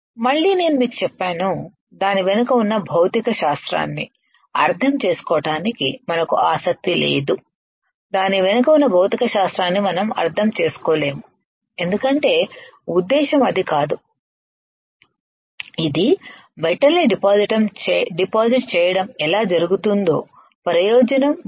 మళ్ళీ నేను మీకు చెప్పాను దాని వెనుక ఉన్న భౌతిక శాస్త్రాన్ని అర్థం చేసుకోవటానికి మనకు ఆసక్తి లేదు దాని వెనుక ఉన్న భౌతిక శాస్త్రాన్ని మనం అర్థం చేసుకోలేము ఎందుకంటే ఉద్దేశం అది కాదు ఇది మెటల్ ని డిపాజిట్ చేయడం ఎలా జరుగుతుందో ప్రయోజనం మరియు